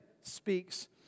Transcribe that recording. speaks